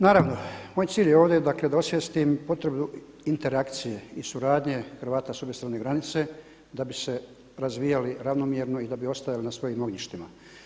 Naravno, moj cilj je ovdje dakle da osvijestim potrebu interakcije i suradnje Hrvata sa druge strane granice da bi se razvijali ravnomjerno i da bi ostajali na svojim ognjištima.